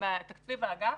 תקציב האגף?